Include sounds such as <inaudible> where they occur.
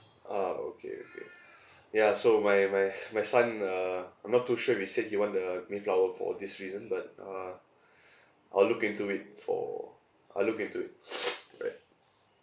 ah okay okay ya so my my my son uh I'm not too sure if he said he want the mayflower for this reason but uh <breath> I'll look into it for I'll look into it <noise> alright